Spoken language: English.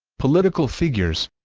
political figures